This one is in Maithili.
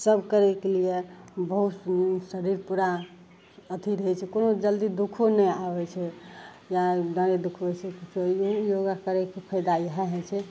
सब करयके लिये बहुत शरीर पूरा अथी रहय छै कोनो जल्दी दुखो नहि आबय छै या बड़े योगा करयके फायदा इएह होइ छै